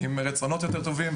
עם רצונות טובים יותר.